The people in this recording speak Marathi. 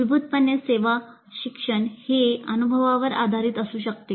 मूलभूतपणे सेवा शिक्षण हे अनुभवावर आधारित असू शकते